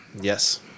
Yes